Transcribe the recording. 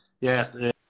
Yes